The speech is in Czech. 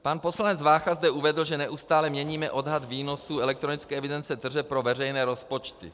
Pan poslanec Vácha zde uvedl, že neustále měníme odhad výnosu elektronické evidence tržeb pro veřejné rozpočty.